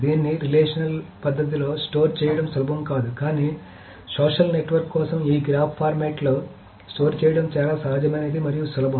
దీన్ని రిలేషనల్ పద్ధతిలో స్టోర్ చేయడం సులభం కాదు కానీ సోషల్ నెట్వర్క్ కోసం ఈ గ్రాఫ్ ఫార్మాట్లో స్టోర్ చేయడం చాలా సహజమైనది మరియు సులభం